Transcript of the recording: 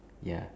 ya